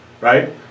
right